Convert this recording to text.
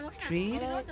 Trees